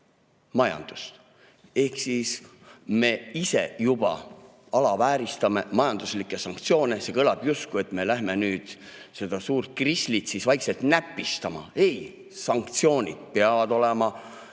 ehk siis me ise juba alavääristame majanduslikke sanktsioone. See kõlab justkui nii, et me lähme nüüd seda suurt grislit vaikselt näpistama. Ei! Sanktsioonid peavad olema